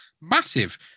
Massive